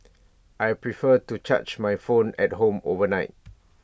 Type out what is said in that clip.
I prefer to charge my phone at home overnight